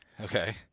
Okay